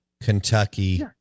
Kentucky